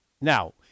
Now